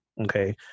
okay